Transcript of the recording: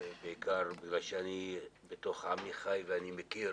בעיקר בגלל שאני בתוך עמי חי ואני מכיר